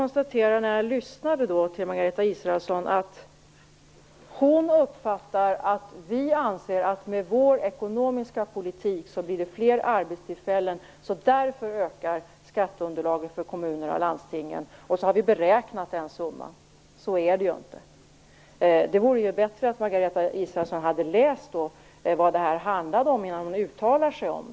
När jag lyssnade på Margareta Israelsson konstaterade jag att hon uppfattar att vi anser att det med vår ekonomiska politik blir fler arbetstillfällen. Därför ökar skatteunderlaget för kommunerna och landstingen. Utifrån det skulle vi ha beräknat summan i fråga. Så är det inte. Det vore bättre om Margareta Israelsson hade läst vad det handlar om innan hon uttalar sig.